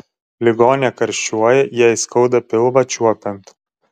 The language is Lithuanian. ligonė karščiuoja jai skauda pilvą čiuopiant